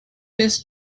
his